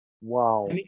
Wow